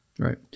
Right